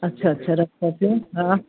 अच्छा अच्छा रफ़ कॉपियूं हा